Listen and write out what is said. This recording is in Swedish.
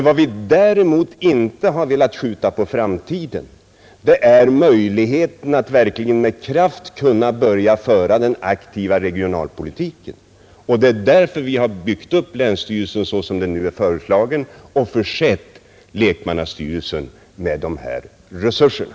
Vad vi däremot inte har velat skjuta på framtiden är möjligheten att verkligen med kraft kunna börja föra den aktiva regionalpolitiken, och det är därför vi har byggt upp länsstyrelsen så som den nu är föreslagen och försett lekmannastyrelsen med de här resurserna.